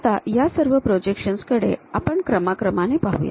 आता या सर्व प्रोजेक्शन्स कडे आपण क्रमाक्रमाने पाहूया